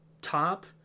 top